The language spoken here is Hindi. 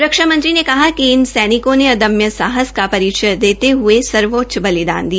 रक्षामंत्री ने कहा कि इन सैनिकों ने अदम्य साहस का परिचय देते हये सर्वोच्च बलिदान दिया